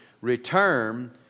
return